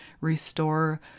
restore